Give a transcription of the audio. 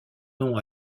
nom